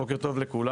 בוקר טוב לכולם,